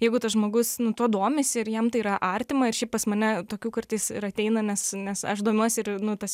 jeigu tas žmogus nu tuo domisi ir jiem tai yra artima ir šiaip pas mane tokių kartais ir ateina nes nes aš domiuosi ir nu tas